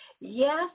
Yes